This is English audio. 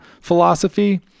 philosophy